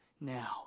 now